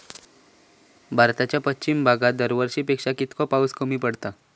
भारताच्या पश्चिम भागात दरवर्षी पेक्षा कीतको पाऊस कमी पडता?